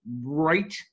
right